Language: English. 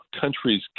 countries